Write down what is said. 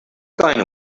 going